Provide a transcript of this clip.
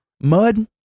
mud